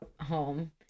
home